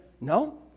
No